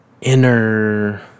inner